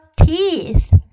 teeth